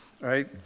right